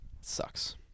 Sucks